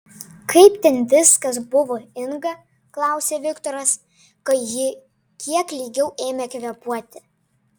kaip ten viskas buvo inga klausė viktoras kai ji kiek lygiau ėmė kvėpuoti